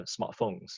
smartphones